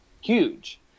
huge